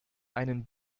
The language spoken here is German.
einen